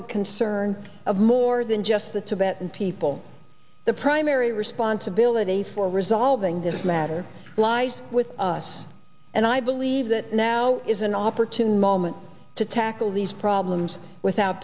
the concerns of more than just the tibetan people the primary responsibility for resolving this matter lies with us and i believe that now is an opportune moment to tackle these problems without